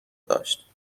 داشت